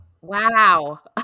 Wow